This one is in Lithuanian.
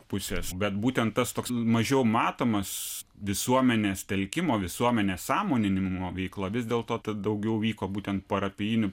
pusės bet būtent tas toks mažiau matomas visuomenės telkimo visuomenės sąmoninimo veikla vis dėlto ta daugiau vyko būtent parapijiniu